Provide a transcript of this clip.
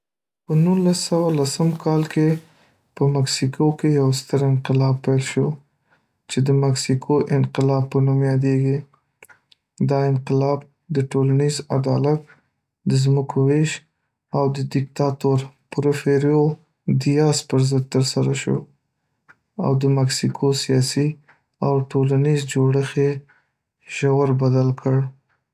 په نولس سوه لسم کال کې په مکسیکو کې یو ستر انقلاب پیل شو چې د مکسیکو انقلاب په نوم یادیږي. دا انقلاب د ټولنیز عدالت، د ځمکو ویش، او د دکتاتور پورفیریو دیاز پر ضد ترسره شو، او د مکسیکو سیاسي او ټولنیز جوړښت یې ژور بدل کړ.